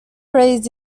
raised